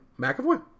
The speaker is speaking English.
McAvoy